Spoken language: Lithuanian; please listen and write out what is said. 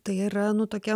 tai yra nu tokia